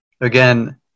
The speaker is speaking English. again